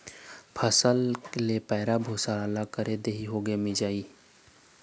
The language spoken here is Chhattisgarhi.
फसल के पैरा भूसा ल अलगे कर देए होगे मिंजई